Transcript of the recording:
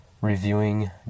reviewing